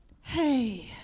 Hey